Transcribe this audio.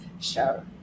Show